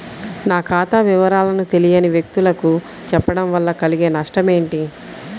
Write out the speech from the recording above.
నా ఖాతా వివరాలను తెలియని వ్యక్తులకు చెప్పడం వల్ల కలిగే నష్టమేంటి?